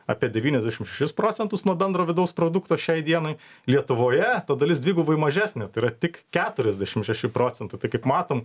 apie devyniasdešim šešis procentus nuo bendro vidaus produkto šiai dienai lietuvoje ta dalis dvigubai mažesnė tai yra tik keturiasdešim šeši procentai tai kaip matom